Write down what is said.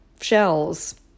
shells